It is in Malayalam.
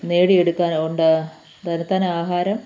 നേടിയെടുക്കാൻ ഒണ്ടാ തന്നത്താനെ ആഹാരം